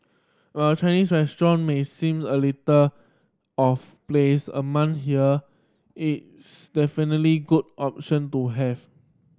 while a Chinese restaurant may seem a little of place among here it's definitely good option to have